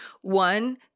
one